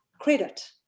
credit